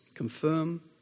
Confirm